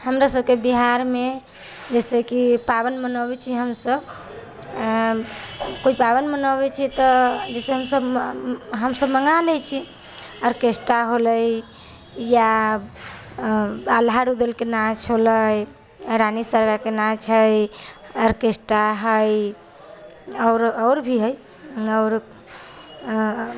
हमरा सबके बिहार मे जैसेकि पाबनि मनेबै छी हमसब कोइ पाबइशनि मनेबै छी त जैसे हमसब हमसब मँगा लै छी ऑर्केस्ट्रा होलय या आल्हा रूदल के नाच होलय रानी सबके नाच हइ ऑर्केस्ट्रा हइ आओर भी हैआओर